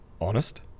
honest